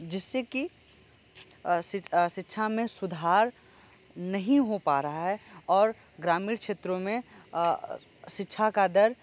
जिससे कि शिक्षा शिक्षा में सुधार नहीं हो पा रहा है और ग्रामीण क्षेत्रों में शिक्षा की दर